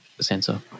sensor